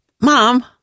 mom